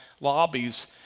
lobbies